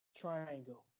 Triangle